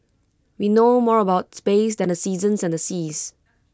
we know more about space than the seasons and seas